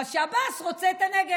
זה בגלל שעבאס רוצה את הנגב.